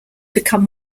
become